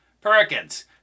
Perkins